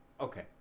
Okay